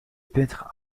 peintre